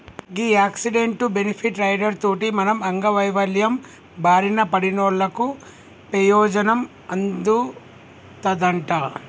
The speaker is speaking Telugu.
గీ యాక్సిడెంటు, బెనిఫిట్ రైడర్ తోటి మనం అంగవైవల్యం బారిన పడినోళ్ళకు పెయోజనం అందుతదంట